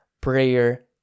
prayer